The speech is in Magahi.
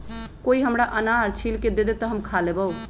कोई हमरा अनार छील के दे दे, तो हम खा लेबऊ